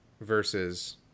versus